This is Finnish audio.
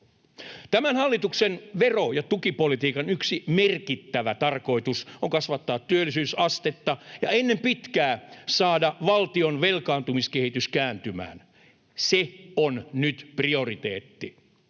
Tämän hallituksen vero- ja tukipolitiikan yksi merkittävä tarkoitus on kasvattaa työllisyysastetta ja ennen pitkää saada valtion velkaantumiskehitys kääntymään. Se on nyt prioriteetti.